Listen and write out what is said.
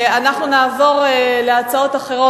נעבור להצעות אחרות.